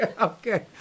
okay